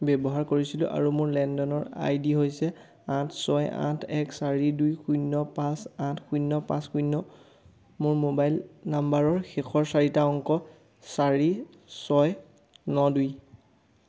ব্যৱহাৰ কৰিছিলোঁ আৰু মোৰ লেনদেনৰ আই ডি হৈছে আঠ ছয় আঠ এক চাৰি দুই শূন্য পাঁচ আঠ শূন্য পাঁচ শূন্য মোৰ মোবাইল নাম্বাৰৰ শেষৰ চাৰিটা অংক চাৰি ছয় ন দুই